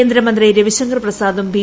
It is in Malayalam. കേന്ദ്രമന്ത്രി രവിശങ്കർ പ്രസാദും ബി